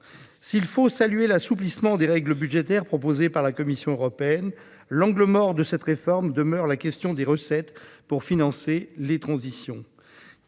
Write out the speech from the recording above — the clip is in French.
S'il faut saluer l'assouplissement des règles budgétaires proposé par la Commission européenne, l'angle mort de cette réforme demeure la question des recettes pour financer les transitions.